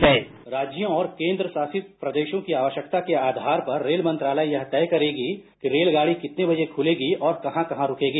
bite Dipendra राज्यों और केंद्रशासित प्रदेशों की आवश्यकता के आधार पर रेल मंत्रालय यह तय करेगा कि रेलगाड़ी कितने बजे खुलेगी और कहां कहां रूकेगी